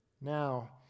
Now